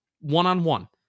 one-on-one